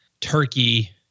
turkey